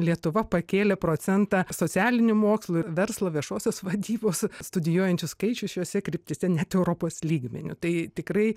lietuva pakėlė procentą socialinių mokslų ir verslo viešosios vadybos studijuojančių skaičius šiose kryptyse net europos lygmeniu tai tikrai